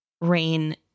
Rain